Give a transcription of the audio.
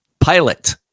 Pilot